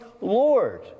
Lord